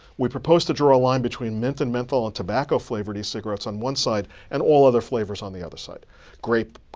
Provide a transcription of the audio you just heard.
we proposed to draw a line between mint, and menthol, and tobacco flavored e-cigarettes on one side, and all other flavors on the other side grape,